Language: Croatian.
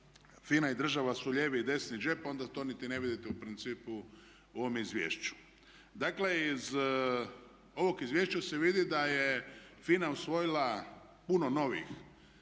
FINA i država su lijevi i desni džep onda to niti ne vidite u principu u ovom izvješću. Dakle, iz ovog izvješća se vidi da je FINA usvojila puno novih